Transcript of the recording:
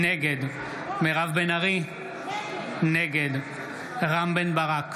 נגד מירב בן ארי, נגד רם בן ברק,